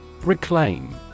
Reclaim